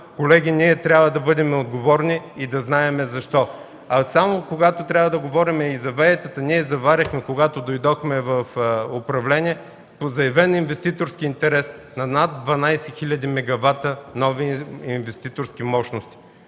колеги, ние трябва да бъдем отговорни и да знаем защо. Ако трябва да говорим и за ВЕИ-тата, когато дойдохме в управлението, заварихме заявен инвеститорски интерес – над 12 000 мегавата нови инвеститорски мощности.